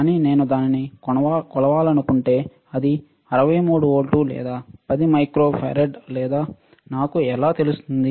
కానీ నేను దానిని కొలవాలనుకుంటే అది 63 వోల్ట్లు లేదా 10 మైక్రోఫారడ్ లేదా నాకు ఎలా తెలుస్తుంది